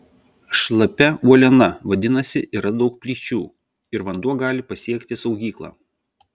šlapia uoliena vadinasi yra daug plyšių ir vanduo gali pasiekti saugyklą